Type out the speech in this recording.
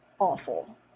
Awful